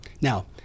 Now